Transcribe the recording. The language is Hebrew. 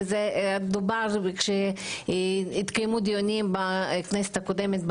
וזה דובר כשהתקיימו דיונים בכנסת הקודמת,